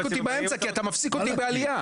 אותי באמצע כי אתה מפסיק אותי בעלייה.